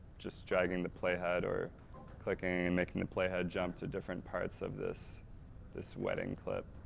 just dragging the play head, or clicking and making the play head jump to different parts of this this wedding clip.